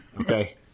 Okay